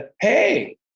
Hey